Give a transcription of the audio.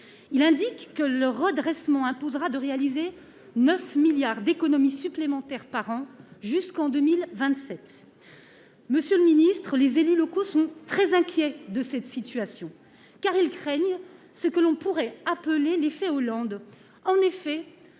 il indique que le redressement imposera de réaliser 9 milliards d'économies supplémentaires par an jusqu'en 2027, monsieur le Ministre, les élus locaux sont très inquiets de cette situation, car ils craignent ce que l'on pourrait appeler l'effet Hollande